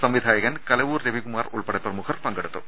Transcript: സംവിധായകൻ കല വൂർ രവികുമാർ ഉൾപ്പെടെ പ്രമുഖർ പങ്കെടുത്തു